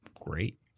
great